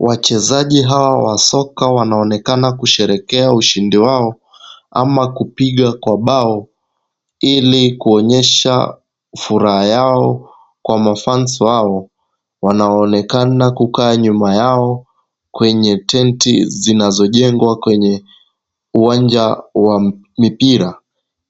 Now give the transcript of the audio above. Wachezaji hawa wa soka wanaonekana kusherekea ushindi wao ama kupiga kwa bao ili kuonyesha furaha yao kwa mafans wao wanaoonekana kukaa nyuma yao kwenye tenti zinazojengwa kwenye uwanja wa mipira